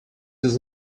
this